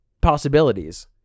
possibilities